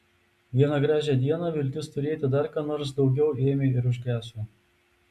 vieną gražią dieną viltis turėti dar ką nors daugiau ėmė ir užgeso